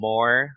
More